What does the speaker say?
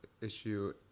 issue